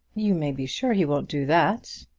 you may be sure he won't do that.